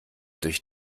durch